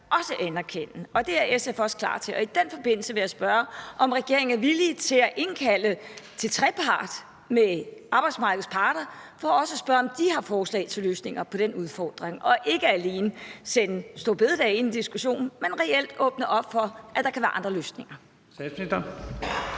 også anerkende, og det er SF også klar til at være med til. I den forbindelse vil jeg spørge, om regeringen er villig til at indkalde til trepartsforhandlinger med arbejdsmarkedets parter for også spørge dem, om de har forslag til løsninger på den udfordring, og ikke alene sende store bededag ind i diskussionen, men reelt åbne op for, at der kan være andre løsninger.